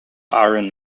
iron